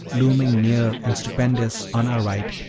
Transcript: looming near and stupendous on our right,